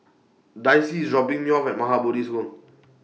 Dicy IS dropping Me off At Maha Bodhi School